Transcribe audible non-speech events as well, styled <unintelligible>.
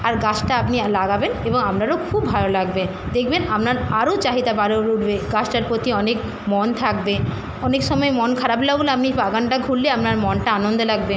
আর গাছটা আপনি <unintelligible> লাগাবেন এবং আপনারও খুব ভালো লাগবে দেখবেন আপনার আরও চাহিদা বাড়ে <unintelligible> গাছটার প্রতি অনেক মন থাকবে অনেক সময় মন খারাপ লাগল আপনি বাগানটা ঘুরলে আপনার মনটা আনন্দ লাগবে